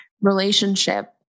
relationship